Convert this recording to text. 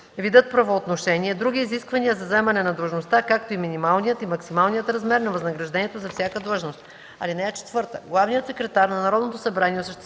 видът правоотношение, други изисквания за заемане на длъжността, както и минималният и максималният размер на възнаграждението за всяка длъжност. (4) Главният секретар на Народното събрание